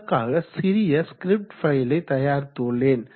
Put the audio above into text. அதற்காக சிறிய ஸ்கிரிப்ட் ஃபைலை தயாரித்து உள்ளேன்